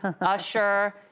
Usher